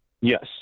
Yes